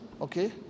okay